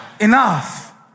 enough